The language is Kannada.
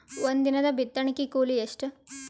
ಒಂದಿನದ ಬಿತ್ತಣಕಿ ಕೂಲಿ ಎಷ್ಟ?